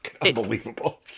unbelievable